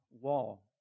wall